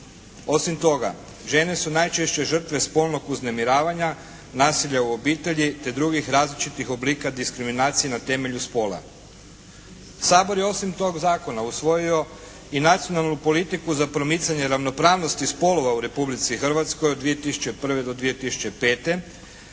Osim toga, žene su najčešće žrtve spolnog uznemiravanja, nasilja u obitelji te drugih različitih oblika diskriminacije na temelju spola. Sabor je osim tog zakona usvojio i Nacionalnu politiku za promicanje ravnopravnosti spolova u Republici Hrvatskoj od 2001. do 2005.